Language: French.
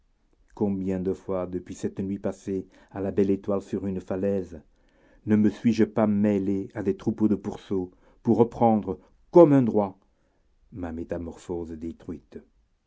combien de fois depuis cette nuit passée à la belle étoile sur une falaise ne me suis-je pas mêlé à des troupeaux de pourceaux pour reprendre comme un droit ma métamorphose détruite